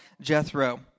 Jethro